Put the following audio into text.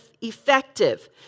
effective